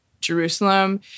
Jerusalem